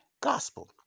gospel